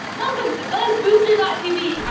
welcome to buzzbooster tv.